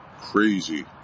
Crazy